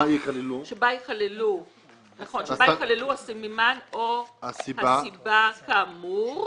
שבה ייכללו הסממן או הסיבה כאמור